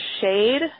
shade